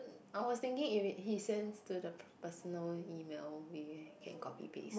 I was thinking if he sends to the personal email we can copy paste